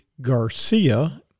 Garcia